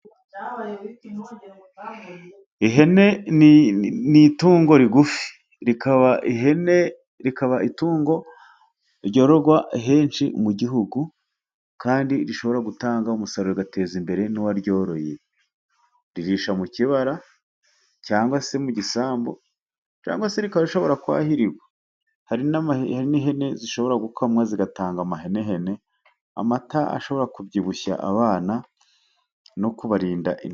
Ihene ni itungo rigufi. Ihene rikaba itungo ryororerwa henshi mu gihugu kandi rishobora gutanga umusaruro ueza imbere n'uwaryoroye. Ririsha mu kibara cyangwa se mu gisambu cyangwa se rikaba rishobora kwahirirwa. Hari n'ihene zishobora gukamwa zigatanga amahenehene, amata ashobora kubyibushya abana no kubarinda.